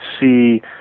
see